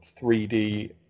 3D